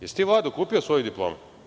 Jesi li ti Vlado kupio svoju diplomu?